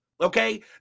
okay